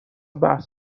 بحث